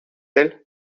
elle